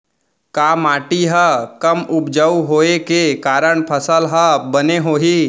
का माटी हा कम उपजाऊ होये के कारण फसल हा बने होही?